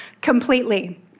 completely